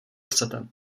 chcete